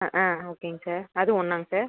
ஆ ஆ ஓகேங்க சார் அதுவும் ஒன்னாங்க சார்